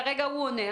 כרגע הוא עונה,